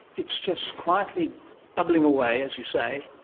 it's just quietly bubbling away, as you say,